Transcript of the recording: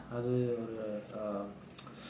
அது ஒரு:athu oru uh